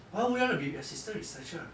why would you want to be assistant researcher